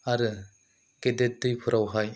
आरो गेदेद दैफ्रावहाय